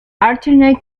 alternate